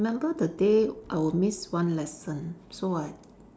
I remember the day I will miss one lesson so I